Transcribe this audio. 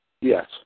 Yes